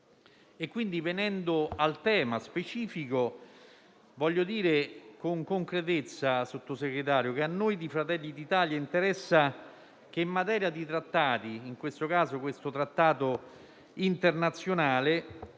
venendo al tema specifico, voglio dire con concretezza che a noi di Fratelli d'Italia interessa che in materia di trattati - e, in questo caso, con questo trattato internazionale